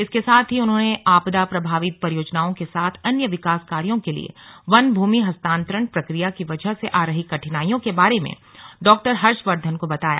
इसके साथ ही उन्होंने आपदा प्रभावित परियोजनाओं के साथ अन्य विकास कार्यो के लिए वन भूमि हस्तान्तरण प्रक्रिया की वजह से आ रही कठिनाइयों के बारे में डॉ हर्षवर्धन को बताया